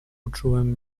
uczułem